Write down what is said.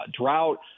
drought